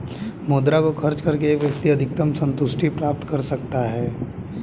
मुद्रा को खर्च करके एक व्यक्ति अधिकतम सन्तुष्टि प्राप्त करता है